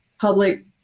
public